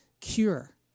cure